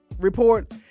report